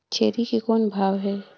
छेरी के कौन भाव हे?